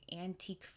antique